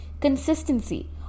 consistency